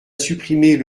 supprimer